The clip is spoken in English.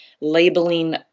labeling